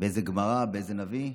באיזו גמרא, אצל איזה נביא?